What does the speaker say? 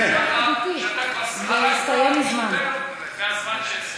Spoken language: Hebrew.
אתה כבר חרגת מהזמן,